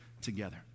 together